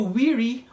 weary